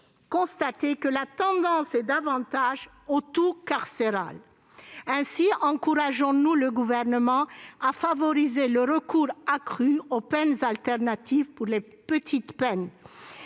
constaté que la tendance est davantage au « tout carcéral ». Ainsi encourageons-nous le Gouvernement à favoriser le recours accru aux peines alternatives pour les petites peines.